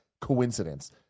coincidence